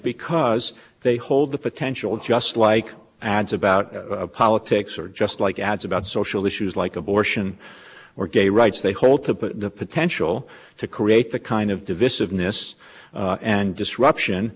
because they hold the potential just like ads about politics or just like ads about social issues like abortion or gay rights they hold the potential to create the kind of divisiveness and disruption